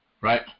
right